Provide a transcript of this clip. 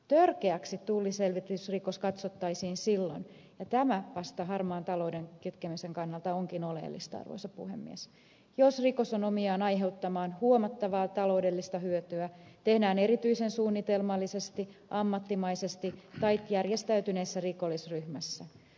törkeäksi tulliselvitysrikos katsottaisiin silloin ja tämä vasta harmaan talouden kitkemisen kannalta onkin oleellista arvoisa puhemies jos rikos on omiaan aiheuttamaan huomattavaa taloudellista hyötyä tehdään erityisen suunnitelmallisesti ammattimaisesti tai järjestäytyneessä rikollisryhmässä